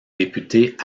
députés